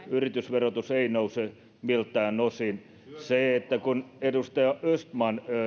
yritysverotus ei nouse miltään osin kun edustaja östman